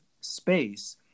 space